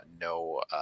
no